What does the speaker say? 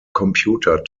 computer